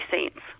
Saints